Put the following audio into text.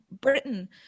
Britain